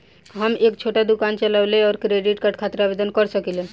हम एक छोटा दुकान चलवइले और क्रेडिट कार्ड खातिर आवेदन कर सकिले?